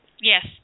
Yes